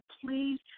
please